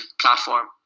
platform